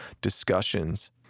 discussions